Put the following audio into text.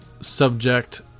subject